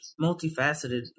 multifaceted